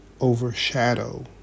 overshadow